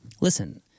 Listen